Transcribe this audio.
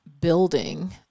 building